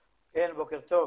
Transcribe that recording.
כן, בוקר טוב.